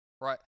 Right